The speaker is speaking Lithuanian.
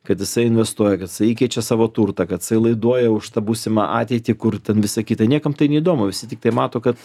kad jisai investuoja kad jisai įkeičia savo turtą kad jisai laiduoja už tą būsimą ateitį kur ten visa kita niekam tai neįdomu visi tiktai mato kad